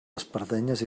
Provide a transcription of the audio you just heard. espardenyes